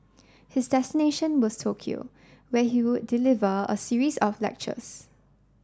his destination was Tokyo where he would deliver a series of lectures